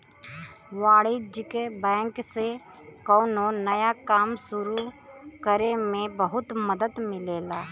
वाणिज्यिक बैंक से कौनो नया काम सुरु करे में बहुत मदद मिलेला